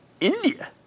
India